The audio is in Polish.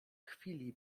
chwili